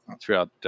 throughout